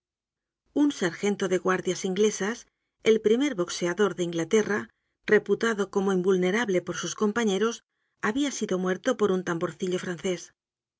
un sargento de guardias inglesas el primer boxeador de inglaterra reputado como invulnerable por sus compañeros habia sido muerto por un tamborcillo francés